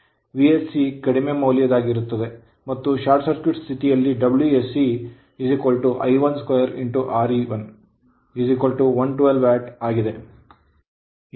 VSC ಕಡಿಮೆ ಮೌಲ್ಯವಾಗಿರುತ್ತದೆ ಮತ್ತು ಶಾರ್ಟ್ ಸರ್ಕ್ಯೂಟ್ ಸ್ಥಿತಿ ಯಲ್ಲಿ Wsc I12 Re1 112 ವ್ಯಾಟ್ ಆಗಿದೆ